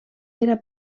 era